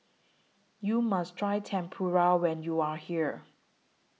YOU must Try Tempura when YOU Are here